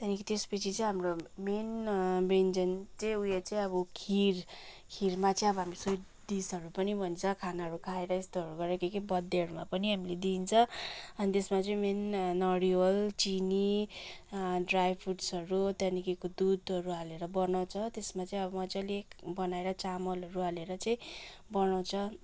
त्यहाँदेखि त्यसपछि चाहिँ हाम्रो मेन व्यञ्जन चाहिँ उयो चाहिँ अब खिर खिरमा चाहिँ अब हामी स्विट डिसहरू पनि भन्छ खानाहरू खाएर यस्तोहरू गरेर के के बर्थडेहरूमा पनि हामीले दिन्छ अनि त्यसमा चाहिँ मेन नरिवल चिनी ड्राई फ्रुट्सहरू त्यहाँदेखिको दुधहरू हालेर बनाउँछ त्यसमा चाहिँ अब मज्जाले बनाएर चामलहरू हालेर चाहिँ बनाउँछ